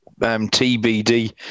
TBD